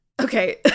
Okay